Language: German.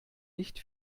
nicht